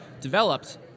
developed